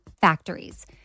factories